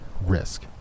risk